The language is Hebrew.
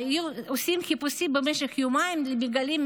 עושים חיפושים במשך יומיים ומגלים,